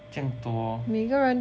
这样多